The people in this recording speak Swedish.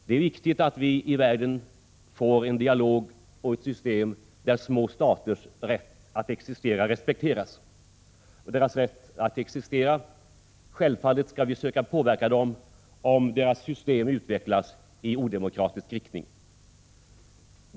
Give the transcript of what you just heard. Det är viktigt att vi i världen får en dialog och ett system där små staters rätt att existera respekteras — självfallet skall vi försöka påverka dem om de utvecklas i odemokratisk riktning.